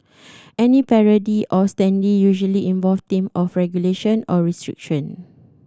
any parody of standee usually involve theme of regulation or restriction